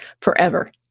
forever